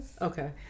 Okay